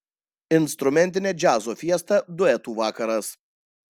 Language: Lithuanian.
instrumentinė džiazo fiesta duetų vakaras